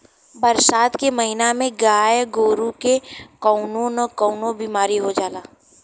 बरसात के महिना में गाय गोरु के कउनो न कउनो बिमारी हो जाला